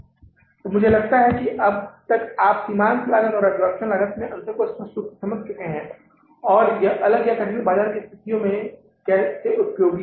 इसलिए मुझे लगता है कि अब तक आप सीमांत लागत और अब्जॉर्प्शन लागत में अंतर को स्पष्ट रूप से समझ चुके हैं और यह अलग या कठिन बाजार स्थिति के तहत कैसे उपयोगी है